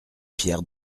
pierres